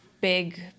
big